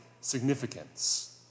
significance